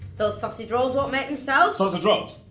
those sausage rolls won't make themselves. sausage rolls?